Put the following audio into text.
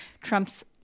Trump's